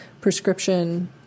prescription